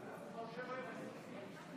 קבוצת סיעת הציונות הדתית וקבוצת סיעת